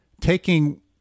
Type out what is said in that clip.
taking